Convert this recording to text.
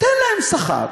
תן להם שכר